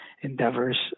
endeavors